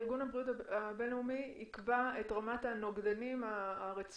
ארגון הבריאות העולמי יקבע את רמת הנוגדנים הרצויה,